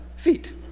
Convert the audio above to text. feet